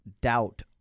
doubt